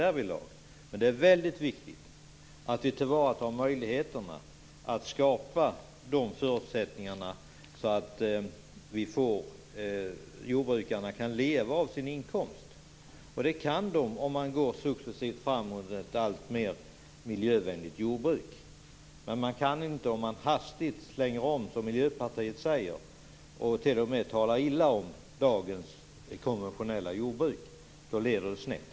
Det är dock väldigt viktigt att vi tar till vara möjligheterna att skapa förutsättningar för jordbrukarna att kunna leva av sin inkomst, och det kan de göra om man successivt skapar ett alltmer miljövänligt jordbruk. Men om man vill göra omsvängningen hastigt, som Miljöpartiet vill, och t.o.m. talar illa om dagens konventionella jordbruk, leder det snett.